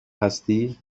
هستی